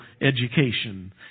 education